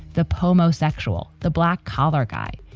the pomo sexual. the black collared guy?